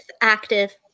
active